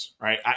right